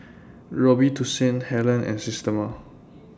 Robitussin Helen and Systema